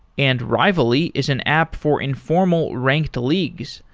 and rivaly is an app for informal ranked leagues,